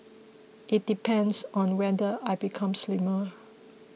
it depends on whether I become slimmer